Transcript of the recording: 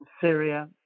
Syria